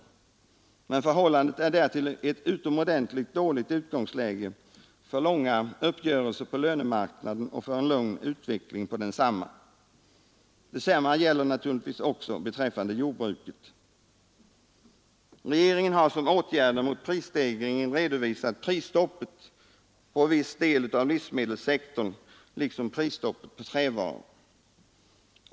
Men detta förhållande är därtill ett utomordentligt dåligt utgångsläge för långa uppgörelser på lönemarknaden och för en lugn utveckling på denna. Detsamma gäller naturligtvis också beträffande jordbruket. Regeringen har som åtgärder mot prisstegringen redovisat prisstoppet på viss del av livsmedelssektorn, liksom prisstoppet på trävaror.